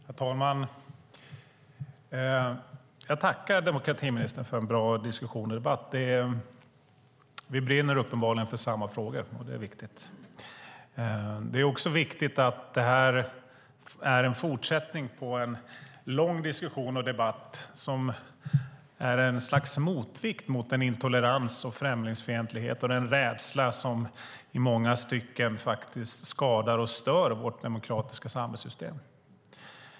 Herr talman! Jag tackar demokratiministern för en bra diskussion och debatt. Vi brinner uppenbarligen för samma frågor, och det är viktigt. Det är också viktigt att detta är en fortsättning på en lång diskussion och debatt som är ett slags motvikt mot den intolerans och främlingsfientlighet och den rädsla som i många stycken skadar och stör vårt demokratiska samhällssystem.